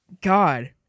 God